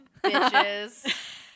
bitches